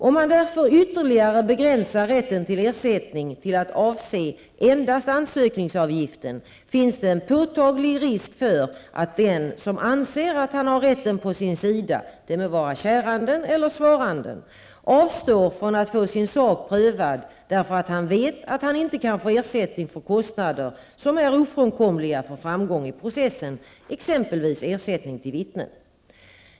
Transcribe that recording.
Om man därför ytterligare begränsar rätten till ersättning till att avse endast ansökningsavgiften finns det en påtaglig risk för att den som anser att han har rätten på sin sida -- det må vara käranden eller svaranden -- avstår från att få sin sak prövad därför att han vet att han inte kan få ersättning för kostnader som är ofrånkomliga för framgång i processen, exempelvis ersättning till vittnen.